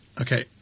okay